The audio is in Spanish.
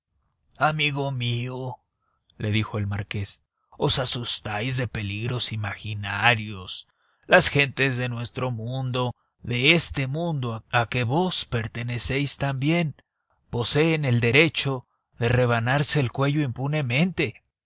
sobrevivirle amigo mío le dijo el marqués os asustáis de peligros imaginarios las gentes de nuestro mundo de este mundo a que vos pertenecéis también poseen el derecho de rebanarse el cuello impunemente